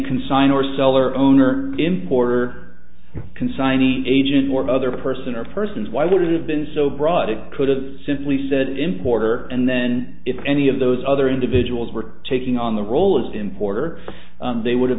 consign or seller owner importer consignee agent or other person or persons why would it have been so broad it could have simply said an importer and then if any of those other individuals were taking on the role as importer they would have